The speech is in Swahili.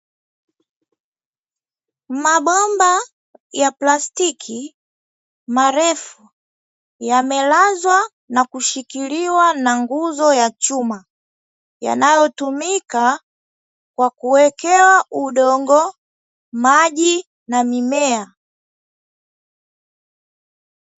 Mabomba ya plastiki marefu, yamelazwa na kushikiliwa na nguzo ya chuma, yanayotumika kwa kuwekewa udongo, maji na mimea.